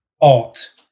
art